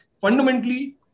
fundamentally